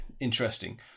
interesting